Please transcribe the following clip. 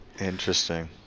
Interesting